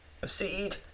Proceed